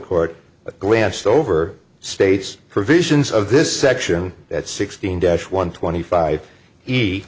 court glanced over state's provisions of this section that's sixteen dash one twenty five he